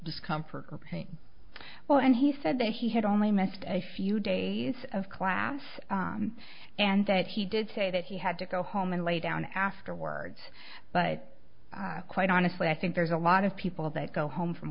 discomfort or pain well and he said that he had only missed a few days of class and that he did say that he had to go home and lay down afterwards but quite honestly i think there's a lot of people that go home from